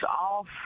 off